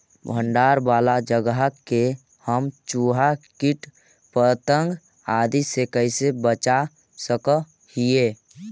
भंडार वाला जगह के हम चुहा, किट पतंग, आदि से कैसे बचा सक हिय?